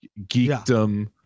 geekdom